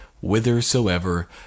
whithersoever